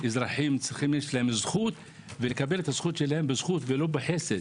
אזרחים יש להם זכות ולקבל את הזכות שלהם בזכות ולא בחסד.